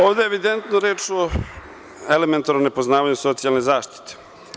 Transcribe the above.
Ovde je evidentno reč o elementarnom nepoznavanju socijalne zaštite.